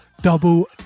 Double